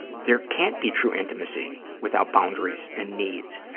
there can't be true intimacy without boundaries and needs,